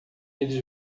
eles